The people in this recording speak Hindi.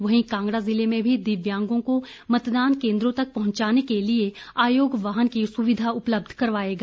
वहीं कांगड़ा जिले में भी दिव्यांगों को मतदान केन्द्रों तक पहुंचाने के लिए आयोग वाहन की सुविधा उपलब्ध करवाएगा